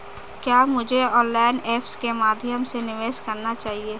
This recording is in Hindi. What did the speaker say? क्या मुझे ऑनलाइन ऐप्स के माध्यम से निवेश करना चाहिए?